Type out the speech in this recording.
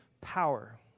power